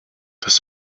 dass